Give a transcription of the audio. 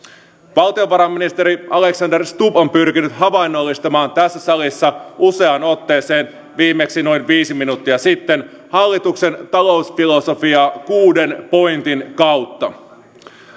valtiovarainministeri alexander stubb on pyrkinyt havainnollistamaan tässä salissa useaan otteeseen viimeksi noin viisi minuuttia sitten hallituksen talousfilosofiaa kuuden pointin kautta